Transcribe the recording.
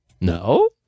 No